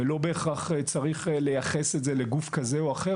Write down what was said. ולא בהכרח צריך לייחס את זה לגוף כזה או אחר.